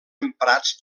emprats